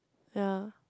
yea